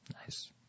Nice